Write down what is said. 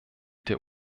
der